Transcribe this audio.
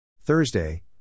Thursday